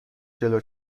جلو